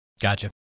Gotcha